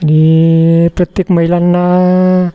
आणि प्रत्येक महिलांना